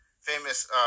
famous